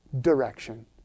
direction